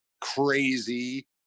crazy